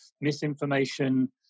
misinformation